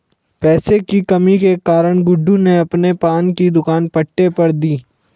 पैसे की कमी के कारण गुड्डू ने अपने पान की दुकान पट्टे पर दी